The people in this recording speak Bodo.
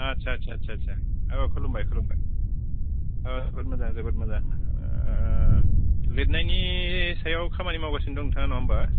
आदचा आदचा आदचा औ खुलुमबाय खुलुमबाय जोबोद मोजां जोबोद मोजां लिरनायनि सायाव खामानि मावगासिनो दं नोंथाङा नङा होनब्ला